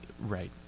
right